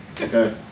okay